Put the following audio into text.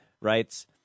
writes